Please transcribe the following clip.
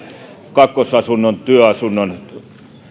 kakkosasunnon työasunnon